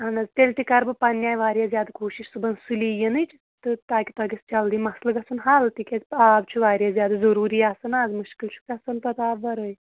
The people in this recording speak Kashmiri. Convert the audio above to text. اہن حظ تیٚلہِ تہِ کَرٕ بہٕ پَننہِ آیہِ واریاہ زیادٕ کوٗشِش صُبحن سُلی یِنٕچ تہٕ تاکہِ تۄہہِ گژھِ جلدی مَسلہٕ گژھُن حل تِکیٛازِ آب چھُ واریاہ زیادٕ ضُروٗری آسان آز مُشکِل چھُ گژھان پَتہٕ آب وَرٲے